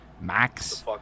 max